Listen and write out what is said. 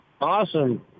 Awesome